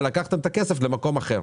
ולקחתם את הכסף למקום אחר?